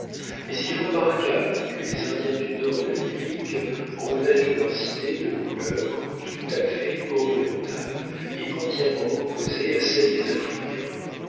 mais il est remarquable que les indiens du nord de l'amérique revêtent leurs idées de couleurs tout à fait orientales et entièrement opposées à celles des africains